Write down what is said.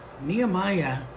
Nehemiah